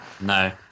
No